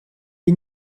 est